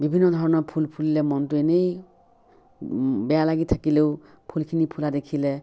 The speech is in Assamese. বিভিন্ন ধৰণৰ ফুল ফুলিলে মনতো এনেই বেয়া লাগি থাকিলেও ফুলখিনি ফুলা দেখিলে